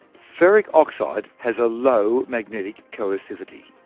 ferric oxide has a low magnetic coercivity.